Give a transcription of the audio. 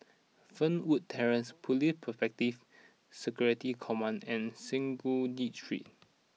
Fernwood Terrace Police Protective Security Command and Synagogue Street